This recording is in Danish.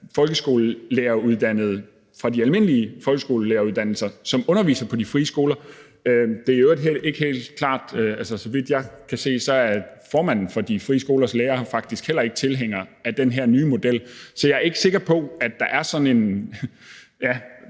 folkeskolelæreruddannede fra de almindelige folkeskolelæreruddannelser, som underviser på de frie skoler. Og det er i øvrigt ikke helt klart, for så vidt jeg kan se, er formanden for De Frie Skolers Lærerforening faktisk heller ikke tilhænger af den her nye model. Så jeg er ikke sikker på, at det er sådan,